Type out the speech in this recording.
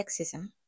sexism